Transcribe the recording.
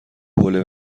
حوله